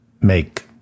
make